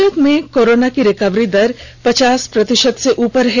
भारत में कोरोना की रिकवरी दर पचास प्रतिशत से ऊपर है